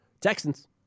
Texans